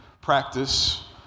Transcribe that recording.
practice